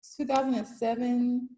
2007